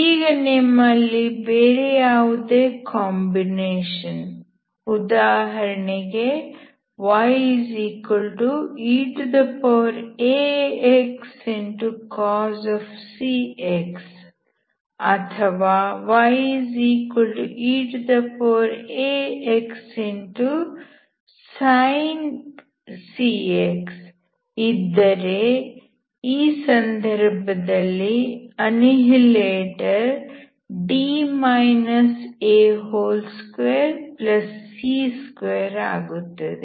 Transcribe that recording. ಈಗ ನಿಮ್ಮಲ್ಲಿ ಬೇರೆ ಯಾವುದೇ ಕಾಂಬಿನೇಷನ್ ಉದಾಹರಣೆಗೆ yeaxcos cx ಅಥವಾ yeaxsin cx ಇದ್ದರೆ ಈ ಸಂದರ್ಭಗಳಲ್ಲಿ ಅನ್ನಿಹಿಲೇಟರ್ D a2c2 ಆಗುತ್ತದೆ